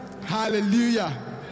Hallelujah